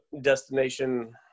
destination